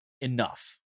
enough